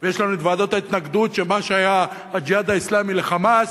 ויש לנו "ועדות ההתנגדות" ומה שהיה "הג'יהאד האסלאמי" ל"חמאס",